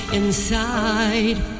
inside